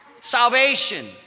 Salvation